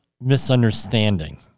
misunderstanding